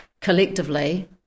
collectively